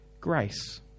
grace